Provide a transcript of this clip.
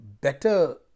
better